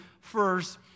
first